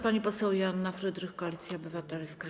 Pani poseł Joanna Frydrych, Koalicja Obywatelska.